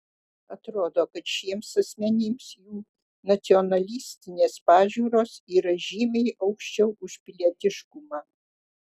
atrodo kad šiems asmenims jų nacionalistinės pažiūros yra žymiai aukščiau už pilietiškumą